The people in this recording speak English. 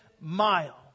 mile